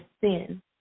sin